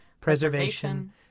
preservation